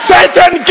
Satan